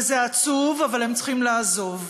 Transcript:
וזה עצוב, אבל הם צריכים לעזוב.